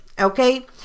okay